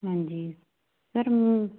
ਹਾਂਜੀ ਸਰ